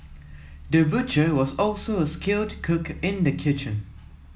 the butcher was also a skilled cook in the kitchen